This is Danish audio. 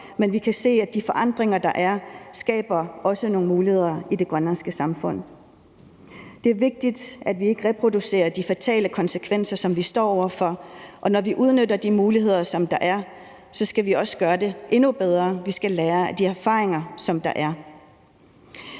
men vi kan se, at de forandringer, der er, også skaber nogle muligheder i det grønlandske samfund. Det er vigtigt, at vi ikke reproducerer de fatale konsekvenser, som vi står over for, og når vi udnytter de muligheder, der er, skal vi også gøre det endnu bedre. Vi skal lære af de erfaringer, der er.